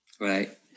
Right